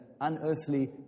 unearthly